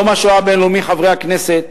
חברי הכנסת,